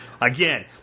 Again